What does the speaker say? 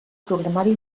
programari